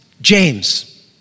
James